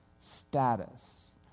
status